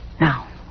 Now